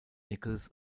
nichols